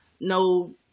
no